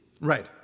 Right